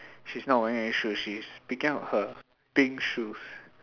she's not wearing any shoes she's picking up her pink shoes